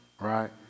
Right